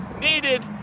needed